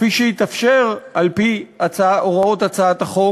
כפי שיתאפשר על-פי הוראות הצעת החוק,